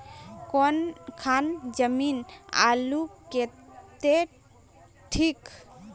कौन खान जमीन आलूर केते ठिक?